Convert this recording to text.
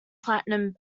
platinum